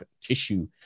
tissue